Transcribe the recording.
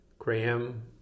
Graham